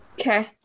Okay